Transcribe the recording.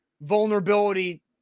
vulnerability